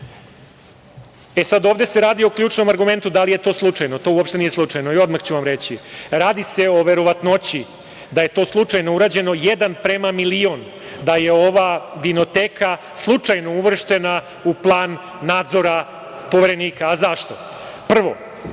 E, sad ovde se radi o ključnom argumentu da li je to slučajno? To uopšte nije slučajno i odmah ću vam reći, radi se o verovatnoći da je to slučajno urađeno 1:1.000.000 da je ova vinoteka slučajno uvrštena u plan nadzora Poverenika.Zašto? Prvo,